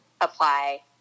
apply